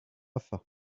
afa